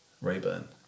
Rayburn